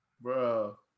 bro